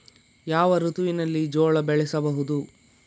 ಯಾವ ಋತುವಿನಲ್ಲಿ ಜೋಳ ಬೆಳೆಸಬಹುದು?